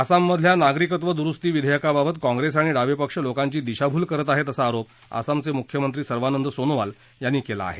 आसाममधल्या नागरिकत्व दुरुस्ती विधेयकाबाबत काँग्रेस आणि डावे पक्ष लोकांची दिशाभूल करत आहेत असा आरोप आसामचे मुख्यमंत्री सर्वानंद सोनोवाल यांनी केला आहे